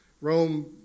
Rome